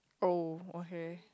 oh okay